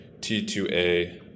T2A